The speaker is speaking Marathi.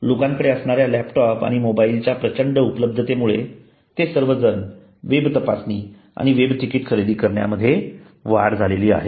लोकांकडे असणाऱ्या लॅपटॉप आणि मोबाइल च्या प्रचंड उपलब्धतेमुळे ते सर्वजण वेब तपासणी आणि वेब तिकिट खरेदी करण्यामध्ये वाढ झाली आहे